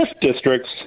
districts